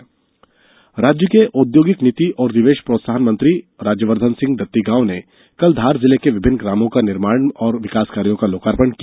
लोकार्पण राज्य के औद्योगिक नीति और निवेश प्रोत्साहन मंत्री राज्यवर्द्वन सिंह दत्तीगांव ने कल धार जिले के विभिन्न ग्रामों में निर्माण और विकासकार्यों का लोकार्पण किया